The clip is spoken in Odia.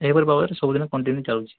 ଏହିପରି ଭାବରେ ସବୁଦିନ କଣ୍ଟିନ୍ୟୁ ଚାଲିଛି